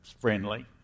friendly